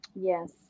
Yes